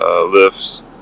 lifts